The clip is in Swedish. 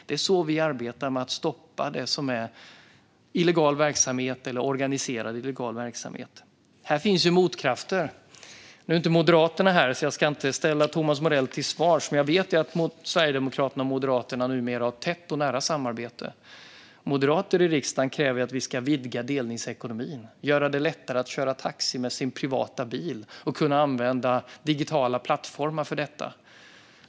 Det är så vi arbetar för att stoppa det som är illegal verksamhet och organiserad illegal verksamhet. Här finns alltså motkrafter. Nu är inte Moderaterna här, så jag ska inte ställa Thomas Morell till svars, men jag vet ju att Sverigedemokraterna och Moderaterna numera har ett tätt och nära samarbete. Moderater i riksdagen kräver till exempel att vi ska vidga delningsekonomin och göra det lättare att köra taxi med sin privata bil och kunna använda digitala plattformar för detta.